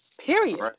period